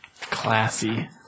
Classy